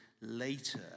later